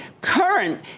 current